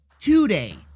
Today